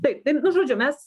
taip tai nu žodžiu mes